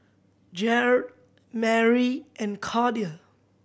Jared Marie and Cordia